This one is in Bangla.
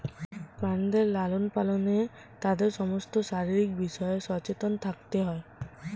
প্রাণীদের লালন পালনে তাদের সমস্ত শারীরিক বিষয়ে সচেতন থাকতে হয়